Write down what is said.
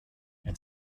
and